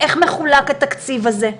איך מחולק התקציב הזה,